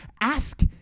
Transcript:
Ask